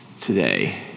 today